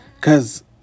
cause